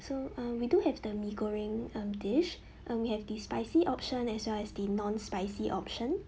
so um we do have the mee goreng um dish hmm we have the spicy option as well as the non spicy option